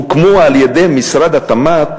הוקמו על-ידי משרד התמ"ת